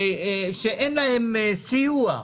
שאין להם סיוע?